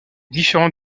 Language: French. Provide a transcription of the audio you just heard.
différents